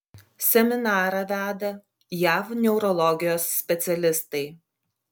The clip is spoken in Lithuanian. seminarą veda jav neurologijos specialistai